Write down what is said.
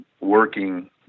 working